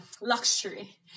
luxury